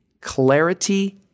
clarity